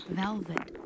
velvet